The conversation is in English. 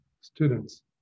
students